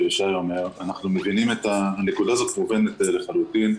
אנחנו מבינים את הנקודה הזו לחלוטין.